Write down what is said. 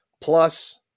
plus